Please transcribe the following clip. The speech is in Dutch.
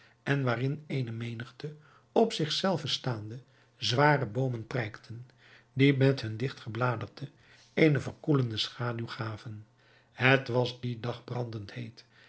en waarin eene menigte op zich zelve staande zware boomen prijkten die met hun digt gebladerte eene verkoelende schaduw gaven het was dien dag brandend heet